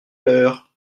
l’heure